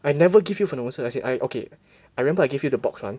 I never give you 粉红色 as in I okay I remember I give you the box one